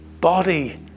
Body